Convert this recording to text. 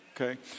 okay